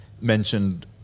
mentioned